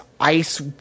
ice